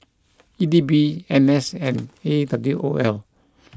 E D B N S and A W O L